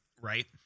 right